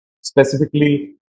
specifically